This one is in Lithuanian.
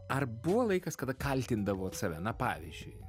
ar buvo laikas kada kaltindavot save na pavyzdžiui